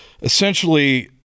essentially